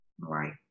Right